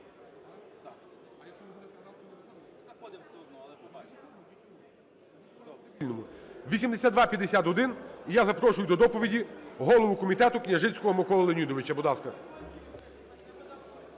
8251. І я запрошую до доповіді голову комітету Княжицького Миколу Леонідовича. Будь ласка.